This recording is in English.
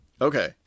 Okay